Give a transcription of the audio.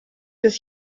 des